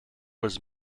was